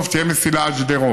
טוב, שתהיה מסילה עד שדרות,